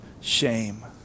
shame